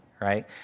right